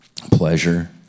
pleasure